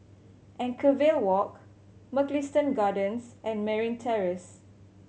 Anchorvale Walk Mugliston Gardens and Merryn Terrace